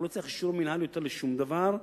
והוא לא צריך אישור מינהל לשום דבר יותר,